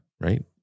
Right